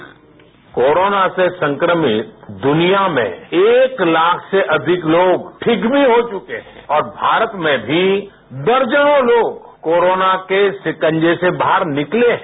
sound bite corona से संक्रमित दनिया में एक लाख से अधिक लोग ठीक भी हो चुके हैं और भारत में भी दर्जनों लोग कोरोना के शिकजे से बाहर निकले हैं